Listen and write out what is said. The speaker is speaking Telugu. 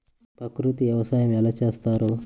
ప్రకృతి వ్యవసాయం ఎలా చేస్తారు?